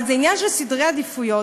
אבל זה עניין של סדרי עדיפויות.